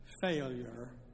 failure